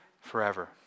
Forever